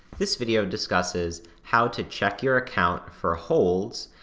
this video discusses how to check your account for holds,